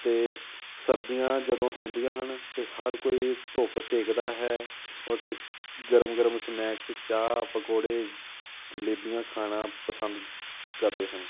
ਅਤੇ ਸਰਦੀਆਂ ਜਦੋਂ ਆਉਂਦੀਆਂ ਹਨ ਅਤੇ ਹਰ ਕੋਈ ਧੁੱਪ ਸੇਕਦਾ ਹੈ ਉੱਥੇ ਗਰਮ ਗਰਮ ਸਨੈਕਸ ਚਾਹ ਪਕੌੜੇ ਜਲੇਬੀਆਂ ਖਾਣਾ ਪਸੰਦ ਕਰਦੇ ਹਨ